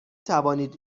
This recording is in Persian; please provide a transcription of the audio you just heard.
توانید